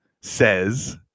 says